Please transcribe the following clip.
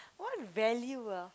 what value ah